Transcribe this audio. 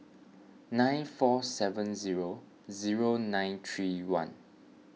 nine four seven zero zero nine three one